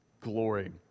glory